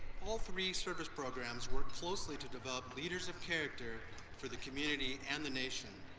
all three-service programs work closely to develop leaders of character for the community and the nation.